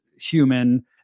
human